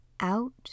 Out